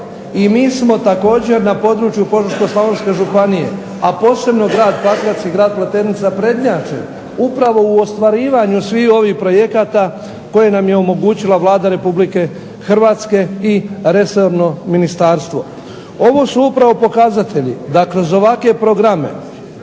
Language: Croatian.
I mi smo također na području POžeško-slavonske županije, a posebno grad Pakrac i grad Pleternica prednjače upravo u ostvarivanju svih ovih projekta koje nam je omogućila Vlada Republike Hrvatske i resorno ministarstvo. Ovo su upravo pokazatelji da kroz ovakve programe